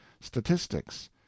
statistics